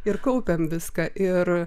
ir kaupėme viską ir